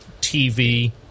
TV